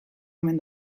omen